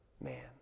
man